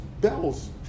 bells